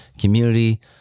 community